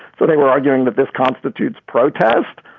so they were arguing that this constitutes protest.